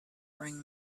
bring